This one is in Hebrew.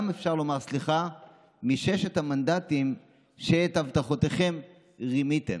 גם אפשר לומר סליחה מששת המנדטים שבהבטחותיכם רימיתם.